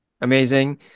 amazing